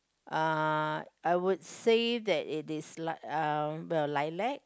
uh I would say that it is li~ uh well lilac